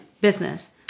business